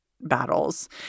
battles